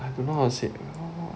I don't know how to say